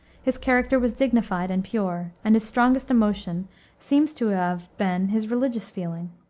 his character was dignified and pure, and his strongest emotion seems to have been his religious feeling.